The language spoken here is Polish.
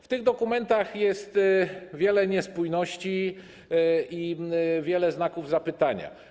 W tych dokumentach jest wiele niespójności i wiele znaków zapytania.